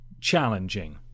challenging